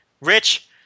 Rich